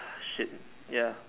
ah shit ya